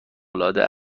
العاده